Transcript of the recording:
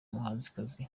muhanzikazi